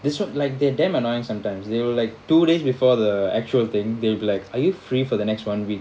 this one like they damn annoying sometimes they will like two days before the actual thing they'll be like are you free for the next one week